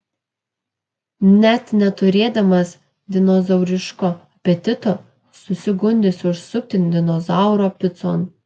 net neturėdamas dinozauriško apetito susigundysi užsukti dinozauro picon